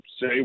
say